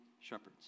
shepherds